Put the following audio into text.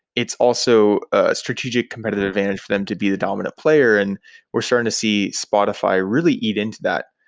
it's also a strategic competitive advantage for them to be the dominant player, and we're starting to see spotify really eat into that.